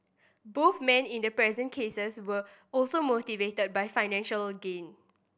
both men in the present cases were also motivated by financial gain